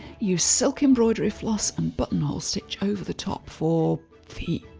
use silk embroidery floss and buttonhole stitch over the top four feet,